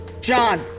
John